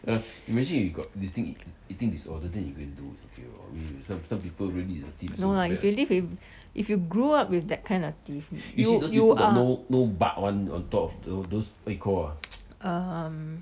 no lah if you live if you grew up with that kind of teeth you you ah um